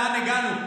לאן הגענו?